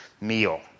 meal